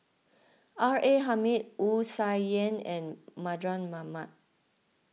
R A Hamid Wu Tsai Yen and Mardan Mamat